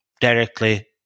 directly